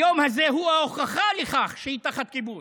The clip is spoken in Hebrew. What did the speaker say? היום הזה הוא ההוכחה לכך שהיא תחת כיבוש,